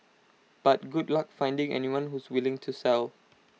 but good luck finding anyone who's willing to sell